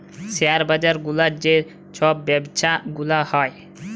share বাজার গুলার যে ছব ব্যবছা গুলা হ্যয়